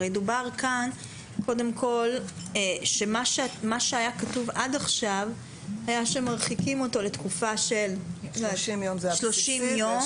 הרי מה שהיה כתוב עד עכשיו היה שמרחיקים אותו לתקופה של 30 יום,